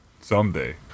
Someday